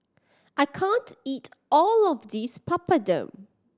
I can't eat all of this Papadum